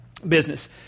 business